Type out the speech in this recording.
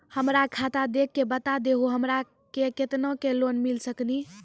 हमरा खाता देख के बता देहु हमरा के केतना के लोन मिल सकनी?